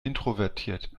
introvertiert